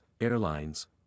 airlines